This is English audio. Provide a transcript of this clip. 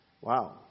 Wow